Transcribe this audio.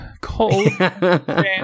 Cold